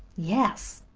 yes.